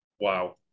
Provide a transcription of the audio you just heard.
Wow